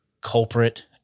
culprit